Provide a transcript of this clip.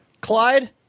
Clyde